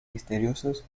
misteriosos